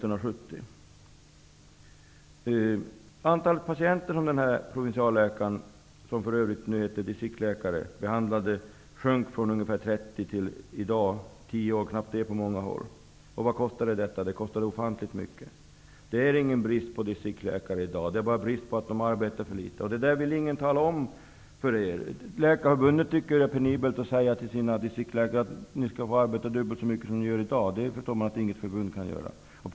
Det antal patienter som provinsialläkaren -- som nu heter distriktsläkare -- behandlade, minskade från ungefär 30 per dag till knappt 10. Detta kostade ofantligt mycket. Det är ingen brist på distriktsläkare i dag, men de arbetar för litet. Det är ingen som vill tala om det. Läkareförbundet tycker att det skulle vara penibelt att säga till distriktsläkarna att de borde arbeta dubbelt så mycket som de gör i dag. Det kan inget förbund säga till sina medlemmar.